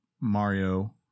Mario